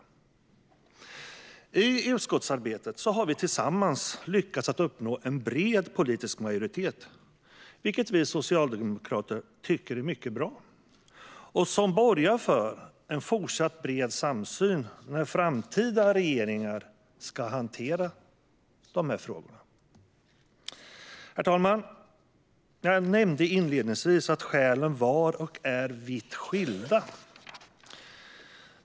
I utskottsarbetet har vi tillsammans lyckats uppnå en bred politisk majoritet, vilket vi socialdemokrater tycker är mycket bra och som borgar för fortsatt bred samsyn när framtida regeringar ska hantera dessa frågor. Herr talman! Jag nämnde inledningsvis att skälen var och är vitt skilda.